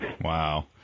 Wow